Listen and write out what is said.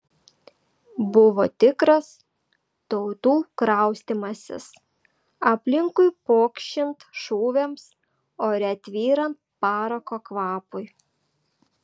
buvo tikras tautų kraustymasis aplinkui pokšint šūviams ore tvyrant parako kvapui